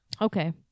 Okay